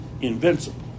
invincible